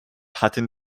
hatten